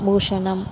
Bhushanam